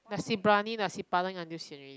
nasi-biryani nasi-padang eat until sian already